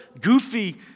goofy